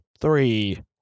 three